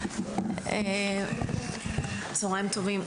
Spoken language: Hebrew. צוהריים טובים.